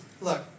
look